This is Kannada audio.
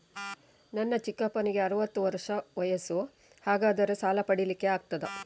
ನನ್ನ ಚಿಕ್ಕಪ್ಪನಿಗೆ ಅರವತ್ತು ವರ್ಷ ವಯಸ್ಸು, ಹಾಗಾದರೆ ಸಾಲ ಪಡೆಲಿಕ್ಕೆ ಆಗ್ತದ?